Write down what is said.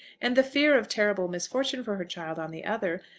and the fear of terrible misfortune for her child on the other,